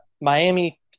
Miami